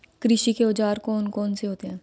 कृषि के औजार कौन कौन से होते हैं?